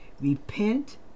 repent